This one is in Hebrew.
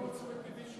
אדוני,